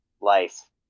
life